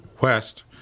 west